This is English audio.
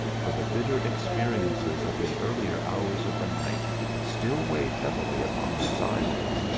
for the bitter experiences of the earlier hours of the night still weighed heavily upon his eyelids,